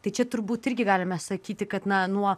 tai čia turbūt irgi galime sakyti kad na nuo